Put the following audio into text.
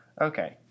Okay